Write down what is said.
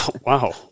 Wow